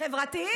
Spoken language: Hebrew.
חברתיים?